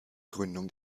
gründung